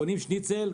קונים שניצל,